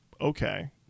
okay